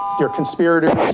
you're conspirators,